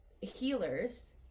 healers